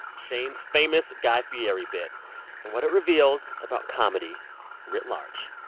shane's famous guy fieri bit and what it reveals about comedy writ large.